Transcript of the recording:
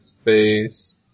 face